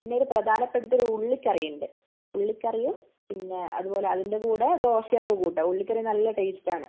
പിന്നെയൊരു പ്രധാനപെട്ടൊരു ഉള്ളി കറി ഉണ്ട് ഉള്ളി കറിയും പിന്നെ അതുപോലെ അതിൻ്റെ കൂടെ ദോശയൊക്കെ കൂട്ടാം ഉള്ളി കറി നല്ല ടേസ്റ്റ് ആണ്